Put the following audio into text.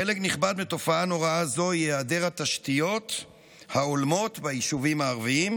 חלק נכבד מתופעה נוראה זו הוא היעדר תשתיות הולמות ביישובים הערביים,